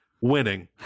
winning